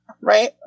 right